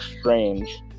strange